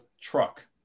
truck